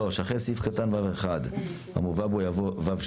3, אחרי סעיף קטן (ו1) המובא בו יבוא (ו2)